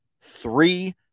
three